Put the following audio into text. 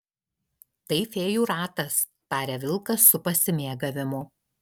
tai fėjų ratas taria vilkas su pasimėgavimu